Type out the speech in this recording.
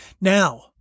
Now